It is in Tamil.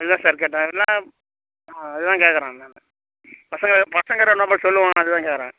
அதுக்கு தான் சார் கேட்டேன் இல்லைன்னா ஆ அதான் கேட்குறேன் நானு பசங்களை பசங்கன்னா எல்லோரும் சொல்லுவோம் அதுக்கு தான் கேட்குறேன்